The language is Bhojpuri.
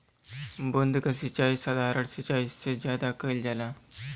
बूंद क सिचाई साधारण सिचाई से ज्यादा कईल जाला